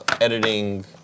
editing